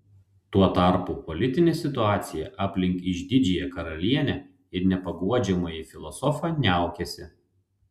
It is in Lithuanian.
tuo tarpu politinė situacija aplink išdidžiąją karalienę ir nepaguodžiamąjį filosofą niaukėsi